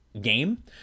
game